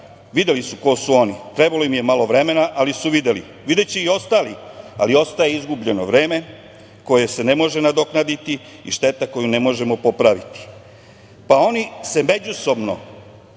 videli su ko su oni, trebalo im je malo vremena, ali su videli. Videće i ostali, ali ostaje izgubljeno vreme koje se ne može nadoknaditi i šteta koju ne možemo popraviti. Oni se međusobno